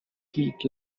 heat